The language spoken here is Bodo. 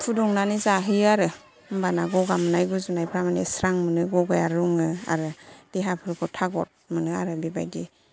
फुदुंनानै जाहोयो आरो होनबाना गगा मोननाय गुजुनायफ्रा माने स्रां मोनो गगाया रुङो आरो देहाफोरखौ थागथ मोनो आरो बेबायदि